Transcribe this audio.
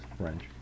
French